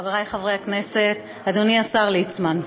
חברי חברי הכנסת, אדוני השר ליצמן,